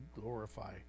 glorify